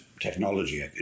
technology